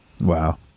Wow